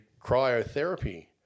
cryotherapy